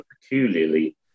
peculiarly